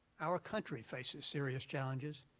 our country faces serious challenges.